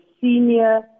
senior